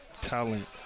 talent